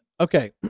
okay